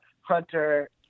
Hunter